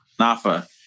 Nafa